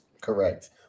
Correct